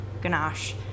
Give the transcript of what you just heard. ganache